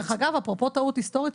אפרופו טעות היסטורית,